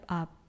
up